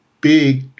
big